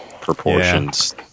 proportions